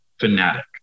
Fanatic